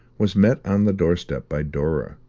was met on the doorstep by dora,